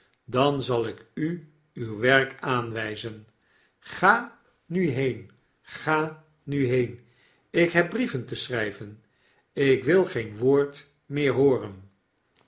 dan zal ik u uw werk aanwijzen ga nu heen ga nu heen ik heb brieven te schrijven ik wil geen woord meer hooren